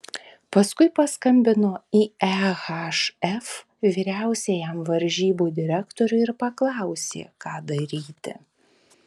paskui paskambino į ehf vyriausiajam varžybų direktoriui ir paklausė ką daryti